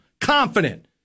Confident